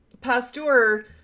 Pasteur